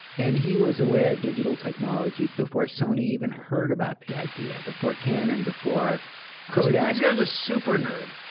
and he was aware of digital technology before sony even heard about the idea, before canon, before kodak this guy's a super nerd.